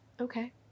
okay